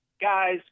guys